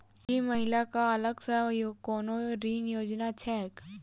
की महिला कऽ अलग सँ कोनो ऋण योजना छैक?